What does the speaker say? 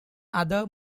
other